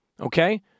Okay